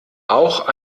auch